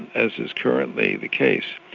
as is currently the case.